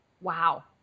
Wow